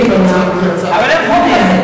מ-1985, והוא לא מדבר בכלל על, אין חוק כזה.